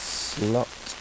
slot